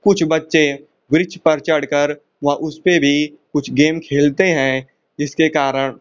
कुछ बच्चे वृक्ष पर चढ़ कर वह उसपे भी कुछ गेम खेलते हैं जिसके कारण